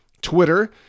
twitter